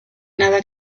nada